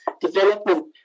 Development